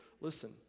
Listen